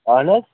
اَہن حظ